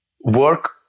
work